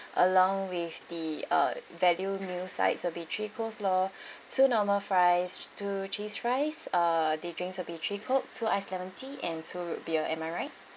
along with the uh value meal sides will be three coleslaw two normal fries two cheese fries uh the drinks will be three cokes two ice lemon tea and two root beers am I right